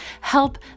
Help